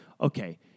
okay